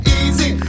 easy